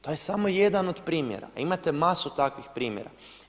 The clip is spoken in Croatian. To je samo jedan od primjera, a imate masu takvih primjera.